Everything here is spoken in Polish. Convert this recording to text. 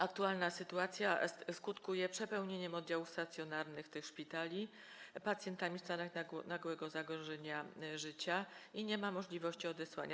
Aktualna sytuacja skutkuje przepełnieniem oddziałów stacjonarnych tych szpitali pacjentami w stanach nagłego zagrożenia życia i nie ma możliwości ich odesłania.